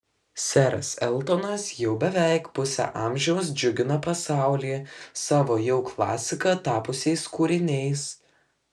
seras eltonas jau beveik pusę amžiaus džiugina pasaulį savo jau klasika tapusiais kūriniais